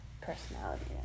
personality